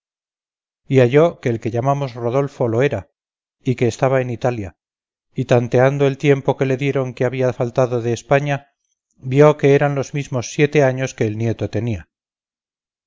y halló que el que llamamos rodolfo lo era y que estaba en italia y tanteando el tiempo que le dijeron que había faltado de españa vio que eran los mismos siete años que el nieto tenía